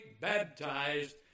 Baptized